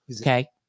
Okay